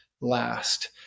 last